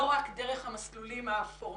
לא רק דרך המסלולים הפורמליים.